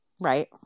Right